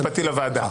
לוועדה,